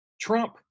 Trump